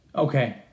Okay